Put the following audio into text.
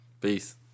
Peace